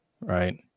right